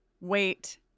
Wait